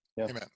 Amen